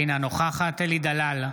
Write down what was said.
אינה נוכחת אלי דלל,